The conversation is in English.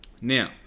Now